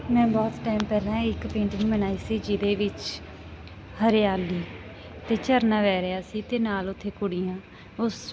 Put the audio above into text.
ਮੈਂ ਬਹੁਤ ਟਾਈਮ ਪਹਿਲਾਂ ਇੱਕ ਪੇਂਟਿੰਗ ਬਣਾਈ ਸੀ ਜਿਹਦੇ ਵਿੱਚ ਹਰਿਆਲੀ ਅਤੇ ਝਰਨਾ ਵਹਿ ਰਿਹਾ ਸੀ ਅਤੇ ਨਾਲ ਉੱਥੇ ਕੁੜੀਆਂ ਉਸ